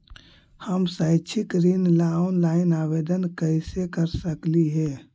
हम शैक्षिक ऋण ला ऑनलाइन आवेदन कैसे कर सकली हे?